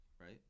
right